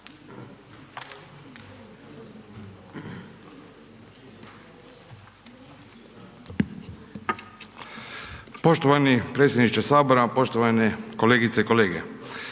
potpredsjedniče, poštovane kolegice i kolege.